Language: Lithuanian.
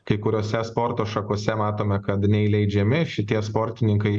kai kuriose sporto šakose matome kad neįleidžiami šitie sportininkai